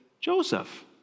Joseph